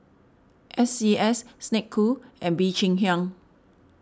S C S Snek Ku and Bee Cheng Hiang